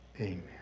amen